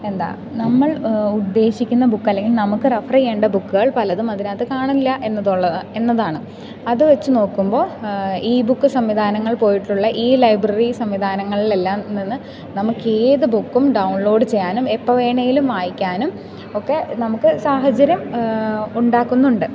എന്താ നമ്മൾ ഉദ്ദേശിക്കുന്ന ബുക്ക് അല്ലെങ്കിൽ നമുക്ക് റെഫർ ചെയ്യേണ്ട ബുക്കുകൾ പലതും അതിനകത്ത് കാണില്ല എന്നതുള്ളതാണ് എന്നതാണ് അതു വെച്ചു നോക്കുമ്പോൾ ഈ ബുക്ക് സംവിധാനങ്ങൾ പോയിട്ടുള്ള ഈ ലൈബ്രറി സംവിധാനങ്ങളിലെല്ലാം നിന്ന് നമുക്കേത് ബുക്കും ഡൗൺലോഡ് ചെയ്യാനും എപ്പം വേണമെങ്കിലും വായിക്കാനും ഒക്കെ നമുക്ക് സാഹചര്യം ഉണ്ടാക്കുന്നുണ്ട്